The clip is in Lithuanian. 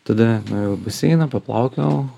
tada baseiną paplaukiojau